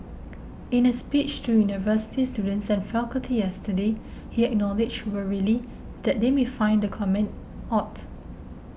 in a speech to university students and faculty yesterday he acknowledged wryly that they may find the comment odd